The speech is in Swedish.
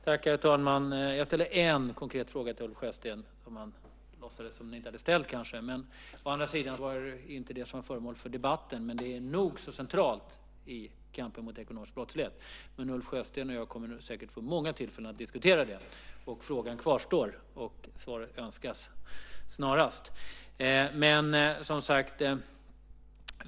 Herr talman! Jag ställde en konkret fråga till Ulf Sjösten som han låtsades att jag inte hade ställt. Å andra sidan var det inte den frågan som var föremål för debatten, men den är nog så central i kampen mot ekonomisk brottslighet. Men Ulf Sjösten och jag kommer säkert att få många tillfällen att diskutera detta. Frågan kvarstår, och svar önskas snarast.